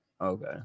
Okay